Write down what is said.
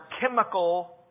chemical